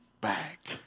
back